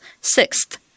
Sixth